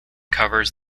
covers